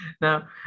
Now